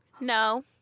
No